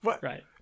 Right